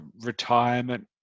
retirement